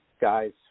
guys